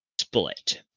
split